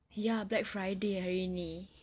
ya black friday hari ini